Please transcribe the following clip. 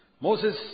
Moses